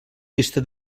pista